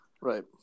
Right